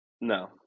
no